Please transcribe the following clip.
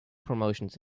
promotions